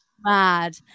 mad